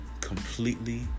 completely